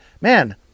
man